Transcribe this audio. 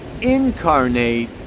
incarnate